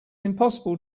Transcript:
impossible